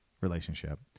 relationship